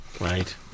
right